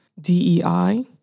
DEI